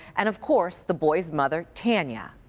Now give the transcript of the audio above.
and of course the boys' mother tanya.